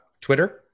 Twitter